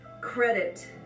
credit